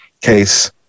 case